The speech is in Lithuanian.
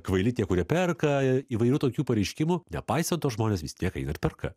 kvaili tie kurie perka įvairių tokių pareiškimų nepaisant to žmonės vis tiek eina ir perka